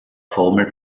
formel